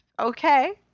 okay